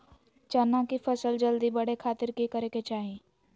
चना की फसल जल्दी बड़े खातिर की करे के चाही?